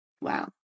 Wow